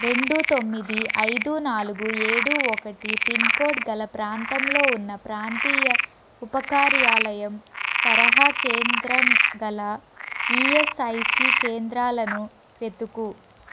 రెండు తొమ్మిది ఐదు నాలుగు ఏడు ఒకటి పిన్కోడ్ గల ప్రాంతంలో ఉన్న ప్రాంతీయ ఉపకార్యాలయం తరహా కేంద్రం గల ఈఎస్ఐసి కేంద్రాలను వెతుకు